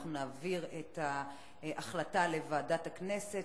נעביר את ההחלטה לוועדת הכנסת,